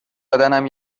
بدنم